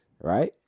right